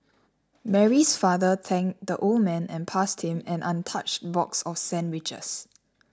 Mary's father thanked the old man and passed him an untouched box of sandwiches